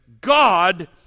God